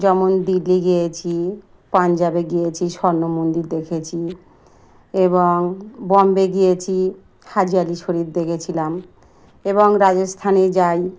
যেমন দিল্লি গিয়েছি পাঞ্জাবে গিয়েছি স্বর্ণ মন্দির দেখেছি এবং বম্বে গিয়েছি হাজি আলি শরিফ দেখেছিলাম এবং রাজস্থানে যাই